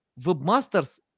webmasters